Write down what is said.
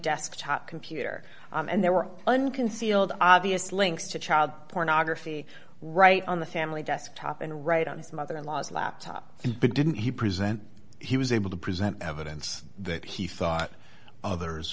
desktop computer and there were unconcealed obvious links to child pornography right on the family desktop and right on his mother in law's laptop and it didn't he present he was able to present evidence that he thought others